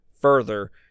further